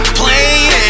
playing